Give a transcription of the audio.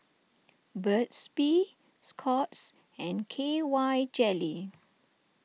Burt's Bee Scott's and K Y Jelly